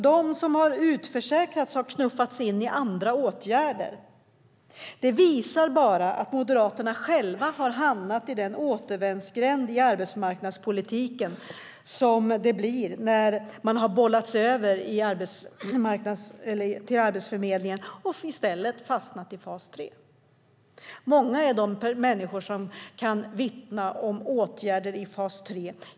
De som har utförsäkrats har knuffats in i åtgärder. Det visar bara att Moderaterna själva har hamnat i den återvändsgränd i arbetsmarknadspolitiken som uppstår när människor bollats över till Arbetsförmedlingen och i stället fastnat i fas 3. Många är de människor som kan vittna om åtgärder i fas 3.